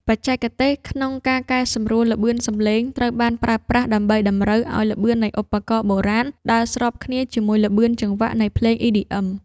បច្ចេកទេស ក្នុងការកែសម្រួលល្បឿនសំឡេង ត្រូវបានប្រើប្រាស់ដើម្បីតម្រូវឱ្យល្បឿននៃឧបករណ៍បុរាណ ដើរស្របគ្នាជាមួយល្បឿនចង្វាក់នៃភ្លេង EDM។